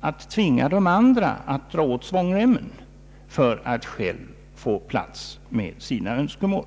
att tvinga de andra att dra åt svångremmen för att själv få plats med sina egna önskemål?